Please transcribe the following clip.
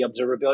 observability